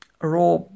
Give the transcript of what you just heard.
raw